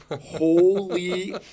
Holy